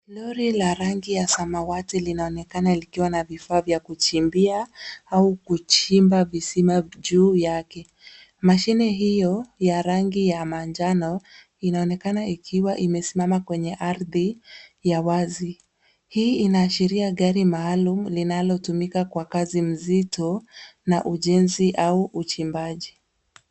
Lori la rangi ya samawati linaonekana likiwa na vifaa vya kuchimbia au kuchimba visima juu yake. Mashine hiyo ya rangi ya manjano inaonekana ikiwa imesimama kwenye ardhi ya wazi. Hii inaashiria gari maalum linalotumika kwa kazi mzito na ujenzi au uchimbaji.